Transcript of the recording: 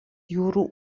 jūrų